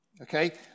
Okay